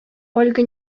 ольга